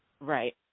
Right